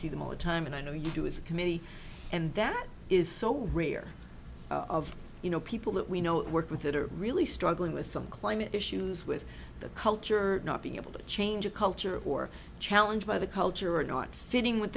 them all the time and i know you do as committee and that is so rare of you know people that we know work with that are really struggling with some climate issues with the culture not being able to change a culture or challenge by the culture or not fitting with